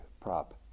prop